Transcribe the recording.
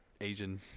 Asian